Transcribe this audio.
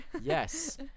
Yes